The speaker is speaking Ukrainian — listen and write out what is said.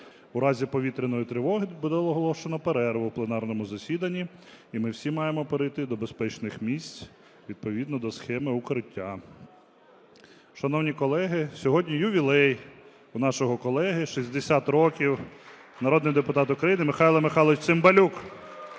У разі повітряної тривоги буде оголошено перерву в пленарному засіданні, і ми всі маємо перейти до безпечних місць відповідно до схеми укриття. Шановні колеги, сьогодні ювілей у нашого колеги – 60 років, народний депутат України Михайло Михайлович Цимбалюк.